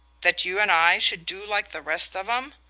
that you and i should do like the rest of em?